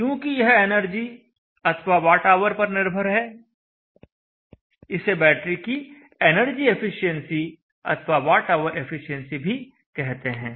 चूँकि यह एनर्जी अथवा वॉट ऑवर पर निर्भर है इसे बैटरी की एनर्जी एफिशिएंसी अथवा वॉट ऑवर एफिशिएंसी भी कहते हैं